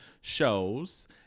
shows